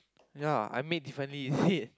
ya I made differently is it